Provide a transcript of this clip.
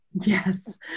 Yes